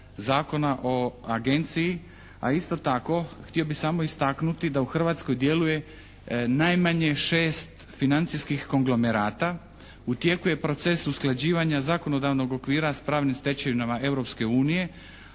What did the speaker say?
Zakona o agenciji, a isto tako htio bih samo istaknuti da u Hrvatskoj djeluje najmanje šest financijskih konglomerata. U tijeku je proces usklađivanja zakonodavnog okvira s pravnim stečevinama Europske unije,